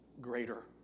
greater